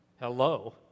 Hello